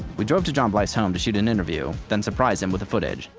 we drove to john blyth's home to shoot an interview, then surprise him with the footage.